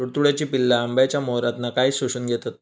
तुडतुड्याची पिल्ला आंब्याच्या मोहरातना काय शोशून घेतत?